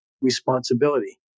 responsibility